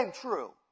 true